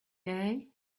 day